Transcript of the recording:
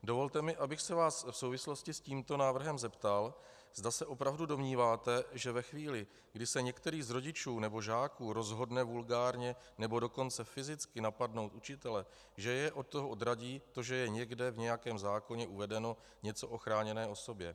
Dovolte mi, abych se vás v souvislosti s tímto návrhem zeptal, zda se opravdu domníváte, že ve chvíli, kdy se některý z rodičů nebo žáků rozhodne vulgárně, nebo dokonce fyzicky napadnout učitele, že je od toho odradí to, že je někde v nějakém zákoně uvedeno něco o chráněné osobě.